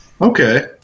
Okay